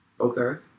Okay